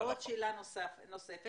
ועוד שאלה נוספת,